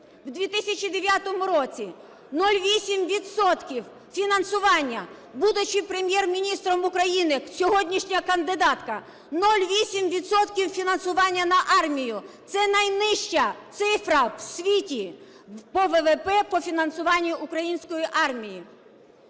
В 2009 році - 0,8 відсотків фінансування. Будучи Прем’єр-міністром України, сьогоднішня кандидатка – 0,8 відсотків фінансування на армію! Це найнижча цифра в світі по ВВП по фінансуванню української армії.